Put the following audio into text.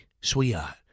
sweetheart